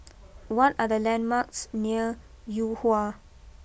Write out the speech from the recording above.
what are the landmarks near Yuhua